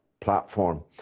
platform